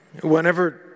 Whenever